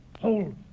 Hold